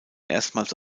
erstmals